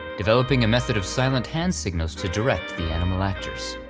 developing a method of silent hand signals to direct the animal actors.